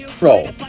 Roll